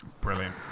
brilliant